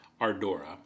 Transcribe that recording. Ardora